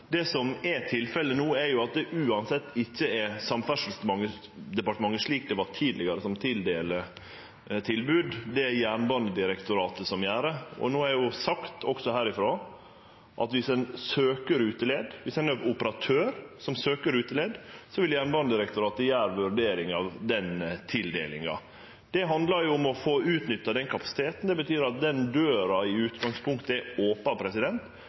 Det som er tilfellet no, er at det uansett ikkje er Samferdselsdepartementet, slik det var tidlegare, som tildeler tilbod. Det er Jernbanedirektoratet som gjer det, og no har eg sagt også herifrå at viss ein søkjer ruteleige, viss ein er ein operatør som søkjer ruteleige, vil Jernbanedirektoratet vurdere søknaden. Det handlar om å få utnytta kapasiteten, det betyr at døra i utgangspunktet er